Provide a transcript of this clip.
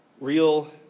real